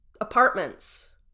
apartments